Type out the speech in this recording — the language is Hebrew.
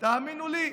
תאמינו לי,